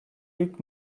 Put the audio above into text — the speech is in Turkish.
ilk